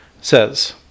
says